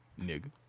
Nigga